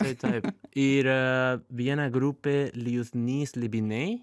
tai taip yra viena grupė liūdni slibinai